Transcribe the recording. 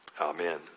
Amen